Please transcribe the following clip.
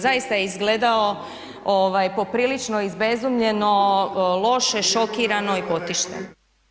Zaista je izgledao poprilično izbezumljeno, loše, šokirano i potišteno.